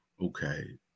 okay